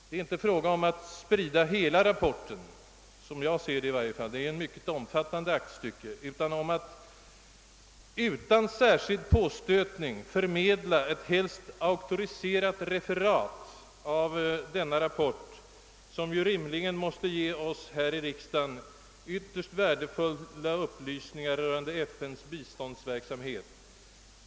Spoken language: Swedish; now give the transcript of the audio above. Det är inte fråga om att sprida hela rapporten — den är ett omfattande aktstycke — utan att utan särskild påstötning få till stånd en förmedling av ett helst auktoriserat referat av denna rapport, som rimligen bör ge oss här i riksdagen ytterst värdefulla upplysningar om FN:s biståndsverksamhets nuläge.